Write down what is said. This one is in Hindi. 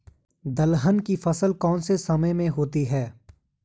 दलहन की फसल कौन से समय में होती है?